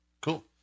cool